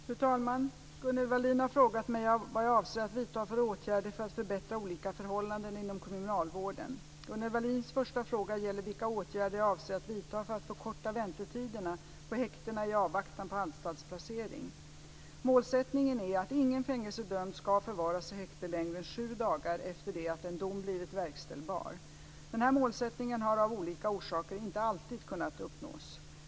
Fru talman! Gunnel Wallin har frågat mig vad jag avser att vidta för åtgärder för att förbättra olika förhållanden inom kriminalvården. Gunnel Wallins första fråga gäller vilka åtgärder jag avser att vidta för att förkorta väntetiderna på häktena i avvaktan på anstaltsplacering. Målsättningen är att ingen fängelsedömd ska förvaras i häkte längre än sju dagar efter det att en dom blivit verkställbar. Denna målsättning har av olika orsaker inte alltid kunnat uppnås.